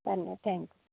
धन्यवाद थँक्स